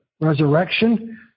resurrection